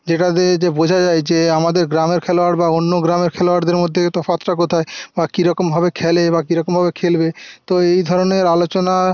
যেটা দিয়ে এতে বোঝা যায় যে আমাদের গ্রামের খেলোয়াড় বা অন্য গ্রামের খেলোয়াড়দের মধ্যে তফাৎটা কোথায় বা কিরকমভাবে খেলে বা কিরকমভাবে খেলবে তো এই ধরনের আলোচনা